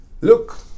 look